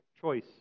choice